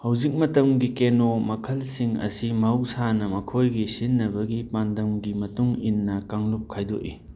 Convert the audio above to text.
ꯍꯧꯖꯤꯛ ꯃꯇꯝꯒꯤ ꯀꯦꯅꯣ ꯃꯈꯜꯁꯤꯡ ꯑꯁꯤ ꯝꯍꯧꯁꯥꯅ ꯃꯈꯣꯏꯒꯤ ꯁꯤꯖꯤꯟꯅꯕꯒꯤ ꯄꯥꯟꯗꯝꯒꯤ ꯃꯇꯨꯡ ꯏꯟꯅ ꯀꯥꯡꯂꯨꯞ ꯈꯥꯏꯗꯣꯛꯏ